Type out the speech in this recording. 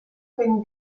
finn